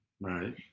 Right